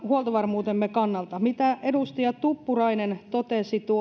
huoltovarmuutemme kannalta siitä mitä edustaja tuppurainen totesi